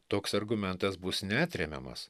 toks argumentas bus neatremiamas